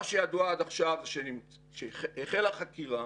מה שידוע עד עכשיו זה שהחלה חקירה,